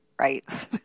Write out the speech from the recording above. right